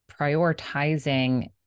prioritizing